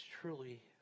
truly